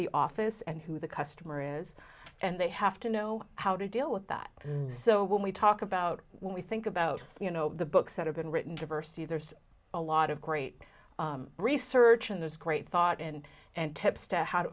the office and who the customer is and they have to know how to deal with that so when we talk about when we think about you know the books that have been written diversity there's a lot of great research and there's great thought in and tips to how to